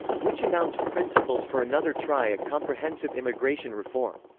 which announced principles for another try at comprehensive immigration reform.